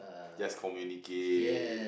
just communicate